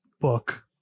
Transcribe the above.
book